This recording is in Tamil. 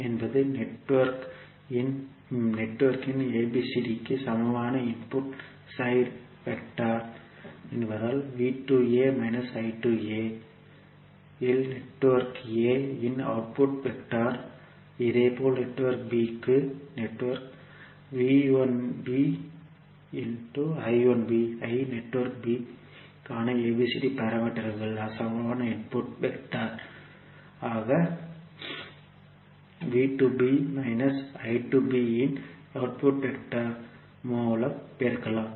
என்பது நெட்வொர்க் இன் பிணையத்தின் ABCD க்கு சமமான இன்புட் சைடு வெக்டர் என்பதால் இல் நெட்வொர்க் a இன் அவுட்புட் வெக்டர் இதேபோல் நெட்வொர்க் b க்கும் ஐ நெட்வொர்க் b க்கான ABCD பாராமீட்டர்களுக்கு சமமான இன்புட் வெக்டர் ஆக இன் அவுட்புட் வெக்டர் மூலம் பெருக்கலாம்